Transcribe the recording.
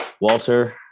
Walter